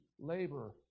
labor